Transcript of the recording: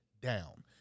down